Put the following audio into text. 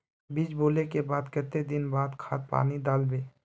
बीज बोले के बाद केते दिन बाद खाद पानी दाल वे?